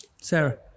Sarah